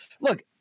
look